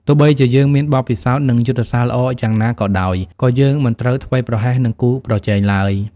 ទោះបីជាយើងមានបទពិសោធន៍ និងយុទ្ធសាស្ត្រល្អយ៉ាងណាក៏ដោយ ក៏យើងមិនត្រូវធ្វេសប្រហែសនឹងគូប្រជែងឡើយ។